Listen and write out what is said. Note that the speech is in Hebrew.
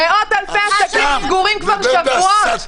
מאות אלפי עסקים סגורים כבר שבועות,